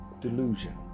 delusion